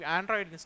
Android